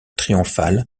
triomphal